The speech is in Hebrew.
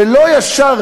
ולא ישר,